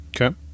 Okay